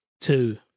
Two